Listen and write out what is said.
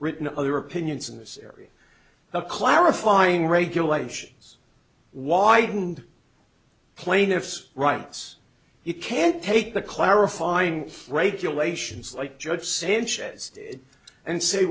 written other opinions in this area the clarifying regulations widened plaintiff's rights you can't take the clarifying regulations like judge sanchez and say